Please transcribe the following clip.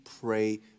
pray